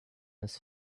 his